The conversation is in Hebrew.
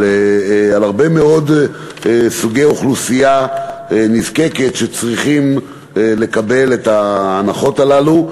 על הרבה מאוד סוגי אוכלוסייה נזקקת שצריכים לקבל את ההנחות הללו.